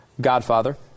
Godfather